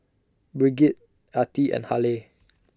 Brigid Artie and Haleigh